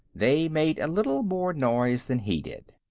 they made a little more noise than he did.